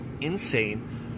insane